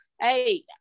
hey